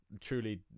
Truly